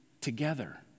together